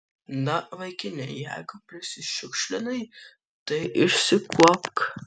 na vaikine jeigu prisišiukšlinai tai išsikuopk